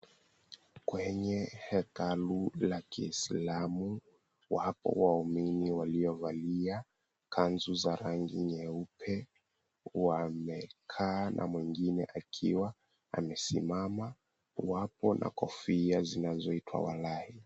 Kwenye hekalu la Kiislamu, wapo waumini waliovalia kanzu za rangi nyeupe wamekaa na mwengine akiwa amesimama. Wapo na kofia zinazoitwa walai.